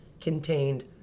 contained